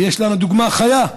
ויש לנו דוגמה חיה: